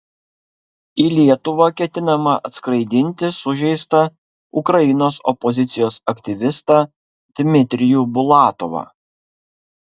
į lietuvą ketinama atskraidinti sužeistą ukrainos opozicijos aktyvistą dmitrijų bulatovą